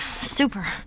Super